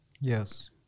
Yes